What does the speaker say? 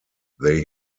they